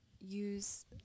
Use